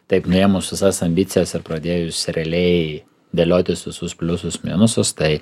taip nuėmus visas ambicijas ir pradėjus realiai dėliotis visus pliusus minusus tai